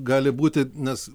gali būti nes